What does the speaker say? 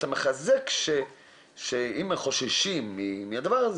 אתה מחזק שאם הם חוששים מהדבר הזה,